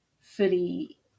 fully